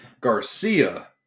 Garcia